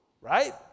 right